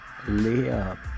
layup